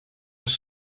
was